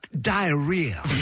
diarrhea